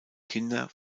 kinder